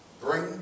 Bring